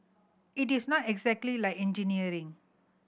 it is not exactly like engineering